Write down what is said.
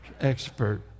expert